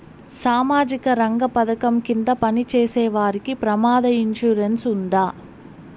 సామాజిక రంగ పథకం కింద పని చేసేవారికి ప్రమాద ఇన్సూరెన్సు ఉందా?